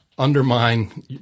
undermine